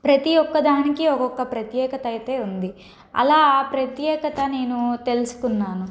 ప్రతీ ఒక్క దానికి ఒక్కొక్క ప్రత్యేకత అయితే ఉంది అలా ఆ ప్రత్యేకత నేనూ తెలుసుకున్నాను